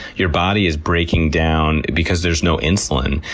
your body is breaking down, because there's no insulin,